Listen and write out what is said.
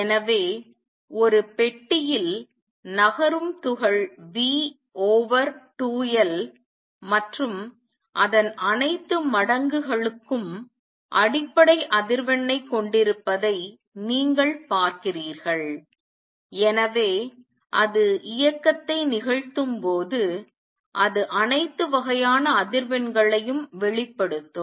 எனவே ஒரு பெட்டியில் நகரும் துகள் V ஓவர் 2 L மற்றும் அதன் அனைத்து மடங்குகளுக்கும் அடிப்படை அதிர்வெண்ணை கொண்டிருப்பதை நீங்கள் பார்க்கிறீர்கள் எனவே அது இயக்கத்தை நிகழ்த்தும்போது அது அனைத்து வகையான அதிர்வெண்களையும் வெளிப்படுத்தும்